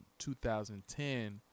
2010